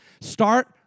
start